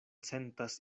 sentas